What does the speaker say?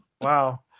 Wow